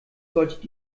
solltet